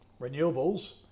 renewables